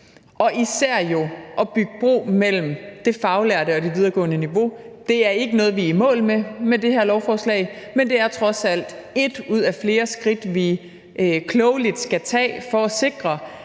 især jo at bygge bro mellem det faglærte og det videregående niveau. Det er ikke noget, vi er i mål med med det her lovforslag, men det er trods alt et ud af flere skridt, vi klogeligt skal tage for at sikre,